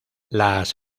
las